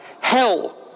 Hell